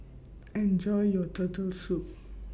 Enjoy your Turtle Soup